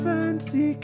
Fancy